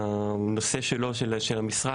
הנושא שלו של המשרד,